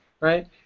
right